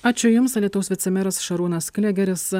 ačiū jums alytaus vicemeras šarūnas klėgeris